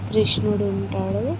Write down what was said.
కృష్ణుడుంటాడు